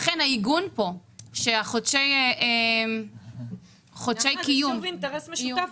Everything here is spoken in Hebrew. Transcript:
זה שוב אינטרס משותף.